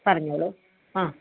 പറഞ്ഞോളൂ ആ